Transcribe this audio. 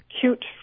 cute